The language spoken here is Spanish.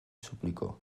suplicó